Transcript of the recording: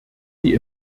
die